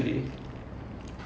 like india lah